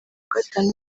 gatanu